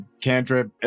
cantrip